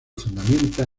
fundamenta